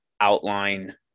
outline